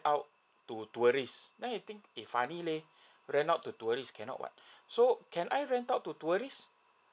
out to tourist then I think eh funny leh rent out to tourist cannot what so can I rent out to tourist